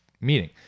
meeting